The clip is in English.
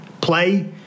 Play